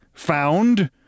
found